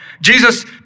Jesus